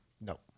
No